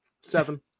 Seven